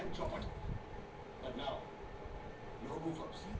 Loan लेवे खातिर bank मे का कागजात दिखावे के होला?